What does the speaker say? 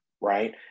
right